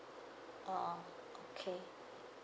oh okay